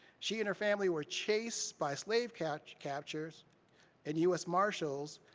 she and her family were chased by slave catchers catchers and us marshals,